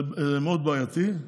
זה מאוד בעייתי.